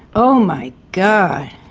oh my god,